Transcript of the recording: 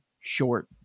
short